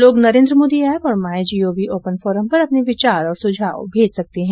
लोग नरेन्द्र मोदी ऐप और my G O V open forum पर अपने विचार और सुझाव मेज सकते हैं